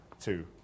two